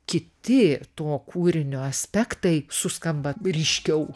kiti to kūrinio aspektai suskamba ryškiau